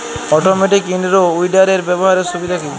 Automatic in row উইডারের ব্যবহারের সুবিধা কি?